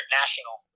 national